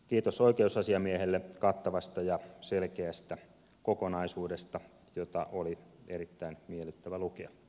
kiitos oikeusasiamiehelle kattavasta ja selkeästä kokonaisuudesta jota oli erittäin miellyttävä lukea